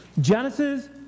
Genesis